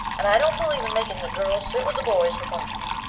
and i don't believe in making the girls sit with the boys for punishment.